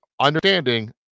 understanding